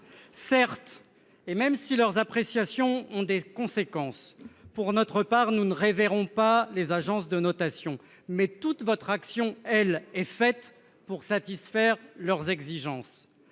Certes. Et même si leurs appréciations ont des conséquences. Pour notre part nous ne reverrons pas les agences de notation mais toute votre action, elle est faite pour satisfaire leurs exigences